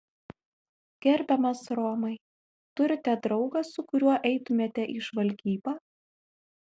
gerbiamas romai turite draugą su kuriuo eitumėte į žvalgybą